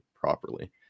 properly